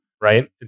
right